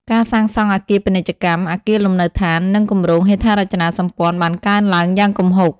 ការសាងសង់អគារពាណិជ្ជកម្ម អគារលំនៅដ្ឋាន និងគម្រោងហេដ្ឋារចនាសម្ព័ន្ធបានកើនឡើងយ៉ាងគំហុក។